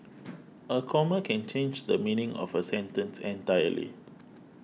a comma can change the meaning of a sentence entirely